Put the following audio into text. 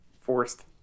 forced